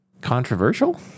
controversial